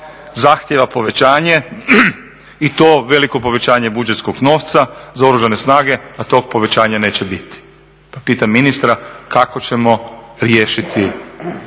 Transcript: zahtjeva povećanje i to veliko povećanje buđetskog novca za Oružane snage a tog povećanja neće biti. Pa pitam ministra kako ćemo riješiti